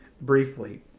briefly